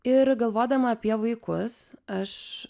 ir galvodama apie vaikus aš